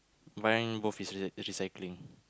mine both is re~ recycling